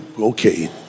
okay